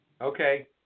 Okay